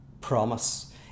promise